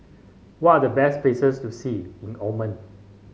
what are the best places to see in Oman